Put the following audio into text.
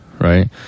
right